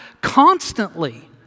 constantly